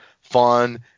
fun